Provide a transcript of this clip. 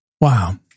Wow